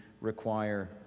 require